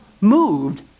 moved